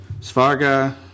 Svarga